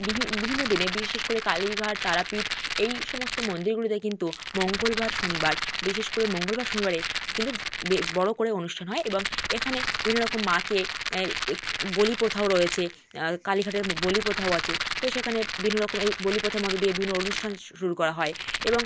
বিভিন বিভিন্ন দিনে বিশেষ করে কালীঘাট তারাপীঠ এই সমস্ত মন্দিরগুলিতে কিন্তু মঙ্গলবার শনিবার বিশেষ করে মঙ্গলবার শনিবারে কিন্তু বড়ো করে অনুষ্ঠান হয় এবং এখানে বিভিন্ন রকম মাকে বলি প্রথাও রয়েছে কালীঘাটের বলি প্রথাও আছে তো সেখানে বিভিন্ন রকম এই বলি প্রথার মধ্যে দিয়ে বিভিন্ন অনুষ্ঠান শুরু করা হয় এবং মন শুরু করা হয় এবং